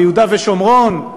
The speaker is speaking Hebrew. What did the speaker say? ביהודה ושומרון,